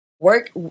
work